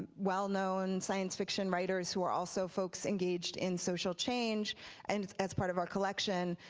well known science fiction writers, who are also folks engaged in social change and as as part of our collection,